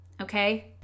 okay